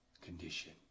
condition